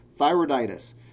Thyroiditis